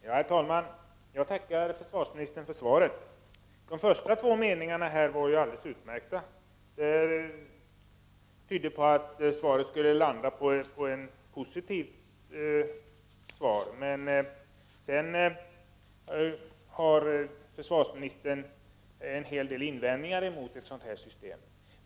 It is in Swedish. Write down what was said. Herr talman! Jag tackar försvarsministern för svaret! De första två meningarna i andra stycket är ju alldeles utmärkta — de tydde på att försvarsministern skulle landa på en positiv ståndpunkt. Men sedan anför försvarsministern en hel del invändningar mot ett system med lagstadgad rätt till ledighet.